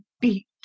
beat